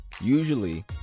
usually